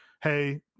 Hey